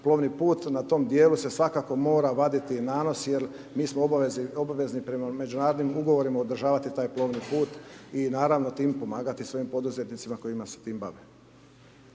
plovni put, na tom dijelu se svakako mora vaditi nanos jer mi smo obavezni prema međunarodnim ugovorima održavati taj plovni put i naravno tim' pomagati svojim poduzetnicima kojima se tim bave.